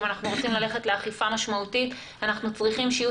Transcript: אם אנחנו רוצים ללכת לאכיפה משמעותית אנחנו צריכים שיהיו